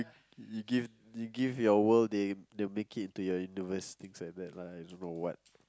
you give you give your world they they will make into your universe things like that lah I don't know what